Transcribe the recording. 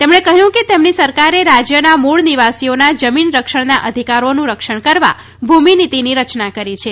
તેમણે કહ્યું કે તેમની સરકારે રાજ્યના મૂળ નિવાસીઓના જમીન રક્ષણના અધિકારોનું રક્ષણ કરવા ભૂમિનીતિની રચના કરી છે